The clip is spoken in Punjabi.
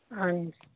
ਹਾਂਜੀ